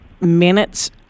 minutes